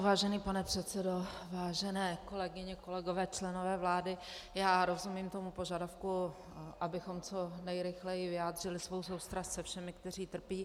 Vážený pane předsedo, vážené kolegyně, kolegové, členové vlády, já rozumím tomu požadavku, abychom co nejrychleji vyjádřili svou soustrast se všemi, kteří trpí.